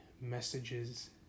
messages